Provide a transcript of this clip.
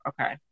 Okay